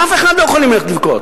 לאף אחד הם לא יכולים ללכת לבכות.